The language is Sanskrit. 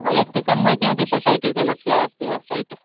वैयक्तिकं वा किमपि सोसैटि जनस्य अस्ति वा सैट्